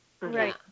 right